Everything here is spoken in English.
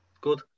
Good